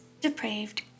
depraved